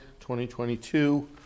2022